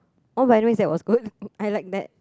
oh by the way that was good I like that